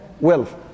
wealth